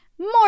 more